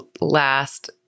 last